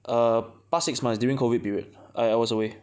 err past six months during COVID period I I was away